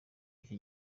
iki